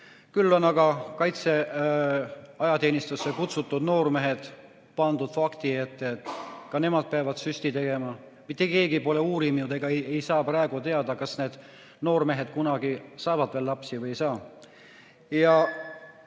Küll on aga ajateenistusse kutsutud noormehed pandud fakti ette, et ka nemad peavad süsti tegema. Mitte keegi pole uurinud ega saa praegu teada, kas need noormehed kunagi saavad veel lapsi või ei saa.